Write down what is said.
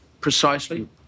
precisely